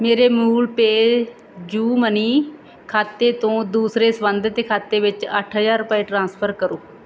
ਮੇਰੇ ਮੂਲ PayU money ਖਾਤੇ ਤੋਂ ਦੂਸਰੇ ਸੰਬੰਧਿਤ ਖਾਤੇ ਵਿੱਚ ਅੱਠ ਹਜ਼ਾਰ ਰੁਪਏ ਟ੍ਰਾਂਸਫਰ ਕਰੋ